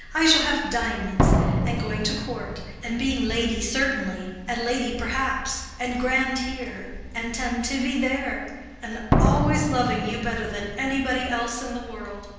i shall have diamonds and going to court and being lady certainly and lady perhaps and grand here and tantivy there and always loving you better than anybody else in the world.